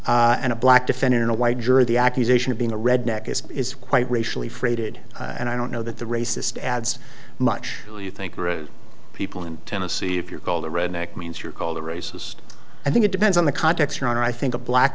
and a black defendant in a white jury the accusation of being a redneck is is quite racially freighted and i don't know that the racist adds much do you think people in tennessee if you're called a redneck means you're called a racist i think it depends on the context you're in i think a black